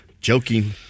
Joking